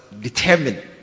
determined